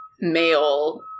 male